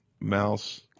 Mouse